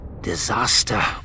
disaster